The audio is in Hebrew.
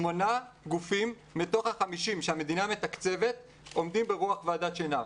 שמונה גופים מתוך ה-50 שהמדינה מתקצבת עומדים ברוח ועדת שנהר.